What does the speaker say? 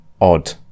odd